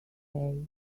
hay